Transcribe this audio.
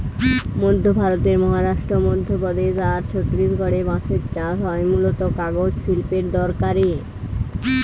মধ্য ভারতের মহারাষ্ট্র, মধ্যপ্রদেশ আর ছত্তিশগড়ে বাঁশের চাষ হয় মূলতঃ কাগজ শিল্পের দরকারে